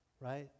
Right